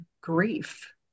grief